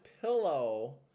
pillow